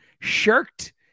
shirked